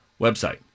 website